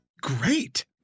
great